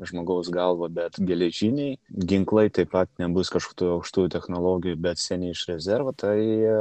žmogaus galvą bet geležiniai ginklai taip pat nebus kažkokių tai aukštųjų technologijų bet seni iš rezervo tai